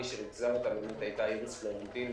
מי שריכזה אותה הייתה איריס פלורטנטין,